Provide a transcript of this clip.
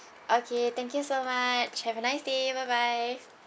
okay thank you so much have a nice day bye bye